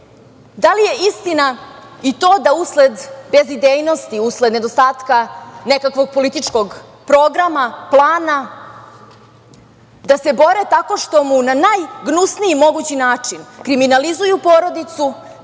Da li je istina i to da usled bezidejnosti, usled nedostatka nekakvog političkog programa, plana, da se bore tako što mu na najgnusniji mogući način kriminalizuju porodicu,